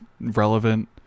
relevant